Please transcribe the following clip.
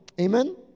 Amen